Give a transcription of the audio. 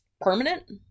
permanent